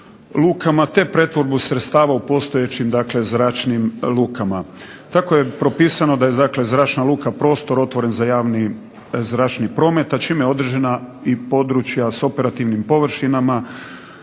lukama, te pretvorbu sredstava u postojećim zračnim lukama. Tako je propisano da je zračna luka prostor otvoren za javni zračni promet, a čime je održana područja s operativnim površinama,